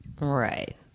Right